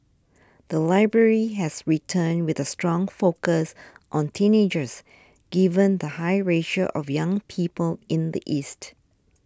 the library has returned with a strong focus on teenagers given the high ratio of young people in the east